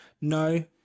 No